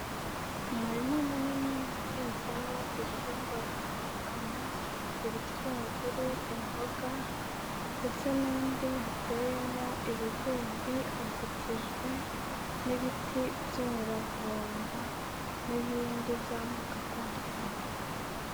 Umurima munini uhinzamo ibihingwa bitandukanye, ibitunguru, imboga, ndetse n'undi hateyemo ibigori hazitijwe n'ibiti by'imiravumba, n'ibindi by'amoko atandukanye.